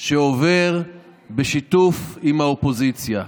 שעובר בשיתוף עם האופוזיציה,